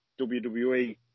WWE